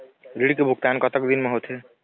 ऋण के भुगतान कतक दिन म होथे?